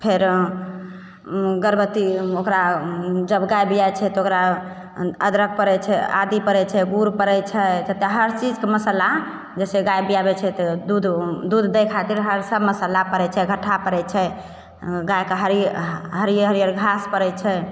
फेरो गर्भवती ओकरा जब गाइ बिआइ छै तऽ ओकरा अदरक पड़ै छै आदी पड़ै छै गुड़ पड़ै छै हर चीजके मसल्ला जइसे गाइ बिआबै छै तऽ दूध दूध दै खातिर हर सब मसल्ला पड़ै छै घट्ठा पड़ै छै गाइके हरि हरिअर हरिअर घास पड़ै छै